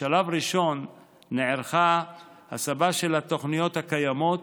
בשלב ראשון נערכה הסבה של התוכניות הקיימות